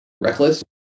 reckless